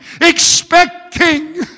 expecting